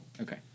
Okay